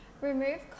remove